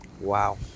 Wow